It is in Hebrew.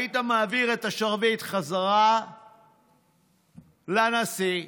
היית מעביר את השרביט בחזרה לנשיא ואומר: